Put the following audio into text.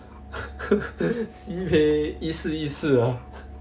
sibeh 意思意思 ah